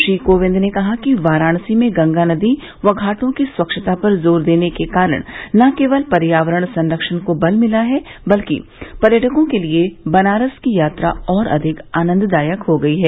श्री कोविंद ने कहा कि वाराणसी में गंगा नदी व घाटों की स्वच्छता पर जोर देने के कारण न केवल पर्यावरण संरक्षण को बल मिला है बल्कि पर्यटकों के लिए बनारस की यात्रा और अधिक आनंददायक हो गई है